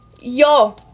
yo